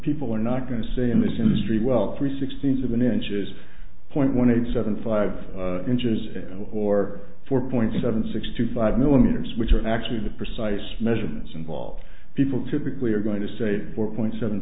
people are not going to say in this industry well three sixteenth's of an inch is point one eight seven five inches or four point seven six two five millimeters which are actually the precise measurements involved people typically are going to say four point seven